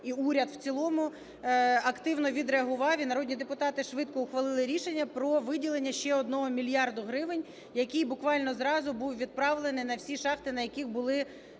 і уряд в цілому активно відреагував, і народні депутати швидко ухвалили рішення про виділення ще одного мільярда гривень, який буквально зразу був відправлений на всі шахти, на яких були